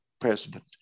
president